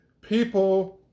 People